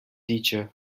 teacher